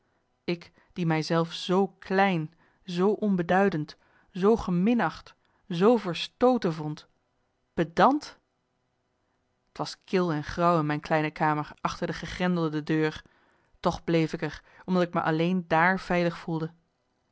ik die mij zelf zoo klein zoo onbeduidend zoo geminacht zoo verstooten vond pendant t was kil en grauw in mijn kleine kamer achter de gegrendelde deur toch bleef ik er omdat ik me alleen daar veilig voelde